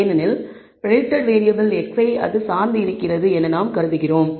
ஏனெனில் predicted variable x ஐ அது சார்ந்து இருக்கிறது என நாம் கருதுகிறோம்